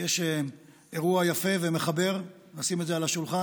יש אירוע יפה ומחבר, ונשים את זה על השולחן: